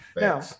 Now